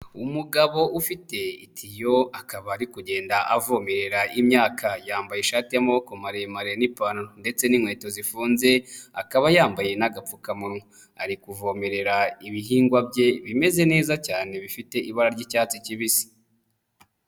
Umugabo ufite itiyo akabari kugenda avomerera imyaka, yambaye ishati y'amaboko maremare n'ipantaro ndetse n'inkweto zifunze, akaba yambaye n'agapfukamunwa, ari kuvomerera ibihingwa bye bimeze neza cyane bifite ibara ry'icyatsi kibisi.